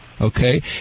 Okay